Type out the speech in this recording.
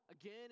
again